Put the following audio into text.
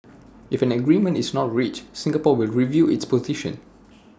if an agreement is not reached Singapore will review its position